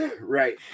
right